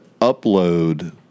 upload